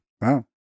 Wow